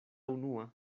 unua